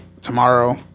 tomorrow